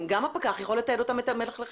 גם הפקח יכול לתעד את המלכלכים,